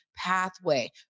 pathway